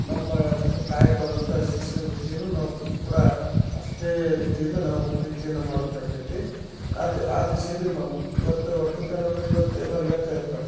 ನಮ್ಮ ಕಾಯಕವಾದಂಥ ಶಿಕ್ಷಣ ವೃತ್ತಿಯನ್ನು ನಾವು ಕೂಡ ಅಷ್ಟೇ ರೀತಿಯಿಂದ ನಾವು ಪ್ರೀತಿಯನ್ನ ಮಾಡಬೇಕಾಗೈತಿ ಅದು ಆ ದಿಶೆಯಲ್ಲಿ ಮ ಇವತ್ತು ಒಕ್ಕಲ್ತನ ಅಂದರೆ ಇವತ್ತು ಎಲ್ಲರು ಹೇಳ್ತಾ ಇರ್ತಾರೆ